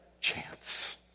chance